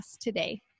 today